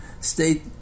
state